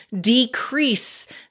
decrease